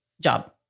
job